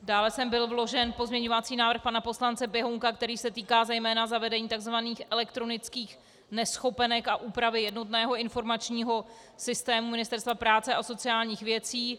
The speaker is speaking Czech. Dále sem byl vložen pozměňovací návrh pana poslance Běhounka, který se týká zejména zavedení takzvaných elektronických neschopenek a úpravy jednotného informačního systému Ministerstva práce a sociálních věcí.